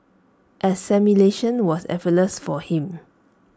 assimilation was effortless for him